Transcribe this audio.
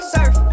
Surf